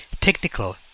Technical